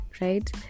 right